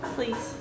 Please